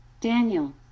Daniel